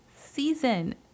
season